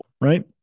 right